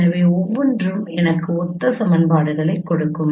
எனவே ஒவ்வொன்றும் எனக்கு ஒத்த சமன்பாடுகளைக் கொடுக்கும்